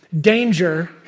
danger